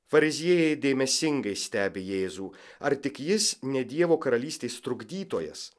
fariziejai dėmesingai stebi jėzų ar tik jis ne dievo karalystės trukdytojas